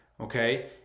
okay